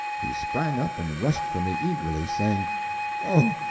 he sprang up and rushed for me eagerly, saying oh,